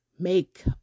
make